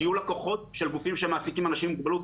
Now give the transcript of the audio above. תהיו לקוחות של מקומות שמעסיקים אנשים עם מוגבלות.